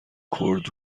کورت